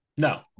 No